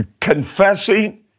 confessing